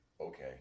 Okay